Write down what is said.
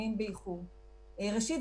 שהם מגישים איחודי עוסקים ואני חלילה